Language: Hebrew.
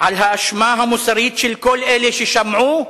על האשמה המוסרית של כל אלה ששמעו,